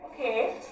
Okay